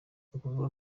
ukuvuga